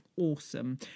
Awesome